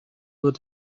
would